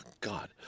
God